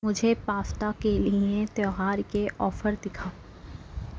مجھے پاستا کے لیے تہوار کے آفر دکھاؤ